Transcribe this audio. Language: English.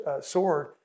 sword